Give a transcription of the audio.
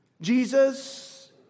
Jesus